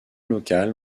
locales